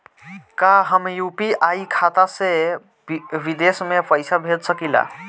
का हम यू.पी.आई खाता से विदेश म पईसा भेज सकिला?